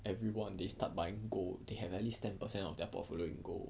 everyone they start buying gold they have at least ten percent of their portfolio in gold